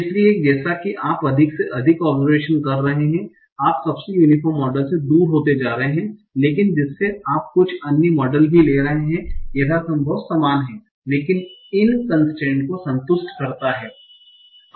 इसलिए जैसा कि आप अधिक से अधिक ओब्सेर्वेशन कर रहे हैं आप सबसे यूनीफोर्म मॉडल से बहुत दूर जा रहे हैं लेकिन जिसमे आप कुछ अन्य मॉडल भी ले रहे हैंI यथासंभव समान है लेकिन इन कन्स्ट्रेन्ट को संतुष्ट करता है